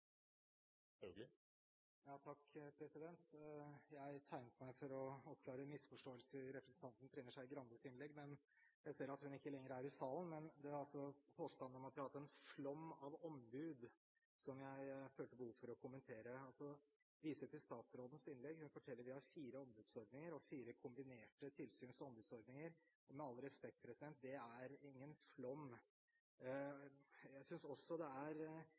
representanten Trine Skei Grandes innlegg, men jeg ser at hun ikke lenger er i salen. Det er påstanden om at vi har hatt en flom av ombud som jeg følte behov for å kommentere. Jeg vil også vise til statsrådens innlegg. Hun forteller at vi har fire ombudsordninger og fire kombinerte tilsyns- og ombudsordninger. Med all respekt, det er ingen «flom». Jeg synes også det er